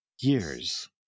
years